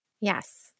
Yes